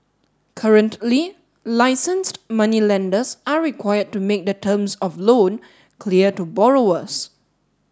currently licenced moneylenders are required to make the terms of loan clear to borrowers